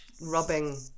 rubbing